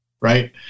Right